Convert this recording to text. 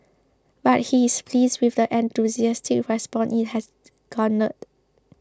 but he is pleased with the enthusiastic response it has garnered